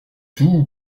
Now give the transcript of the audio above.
tout